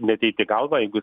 neateit į galvą jeigu jis